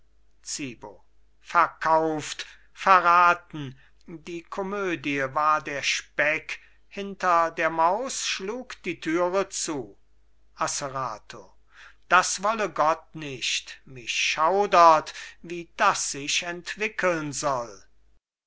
verkauft verraten die komödie war der speck hinter der maus schlug die türe zu asserato das wolle gott nicht mich schaudert wie das sich entwickeln soll